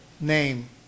name